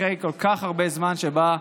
אחרי כל כך הרבה זמן שבו,